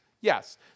yes